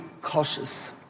cautious